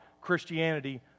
Christianity